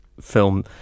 film